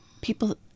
people